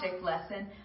lesson